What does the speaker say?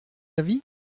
avis